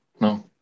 no